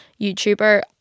YouTuber